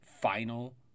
final